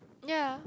ya